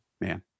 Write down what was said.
man